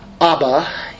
Abba